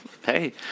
Hey